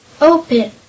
Open